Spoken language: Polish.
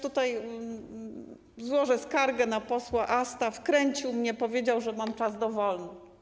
Tutaj złożę skargę na posła Asta, wkręcił mnie, powiedział, że mam czas dowolny.